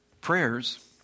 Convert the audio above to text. prayers